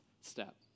step